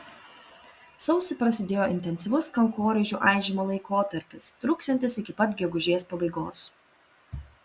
sausį prasidėjo intensyvus kankorėžių aižymo laikotarpis truksiantis iki pat gegužės pabaigos